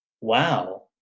wow